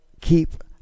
keep